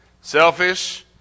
selfish